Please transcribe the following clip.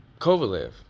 Kovalev